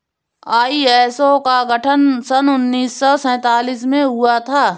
ISO का गठन सन उन्नीस सौ सैंतालीस में हुआ था